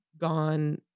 gone